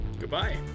Goodbye